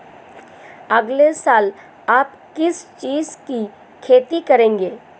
अगले साल आप किस चीज की खेती करेंगे?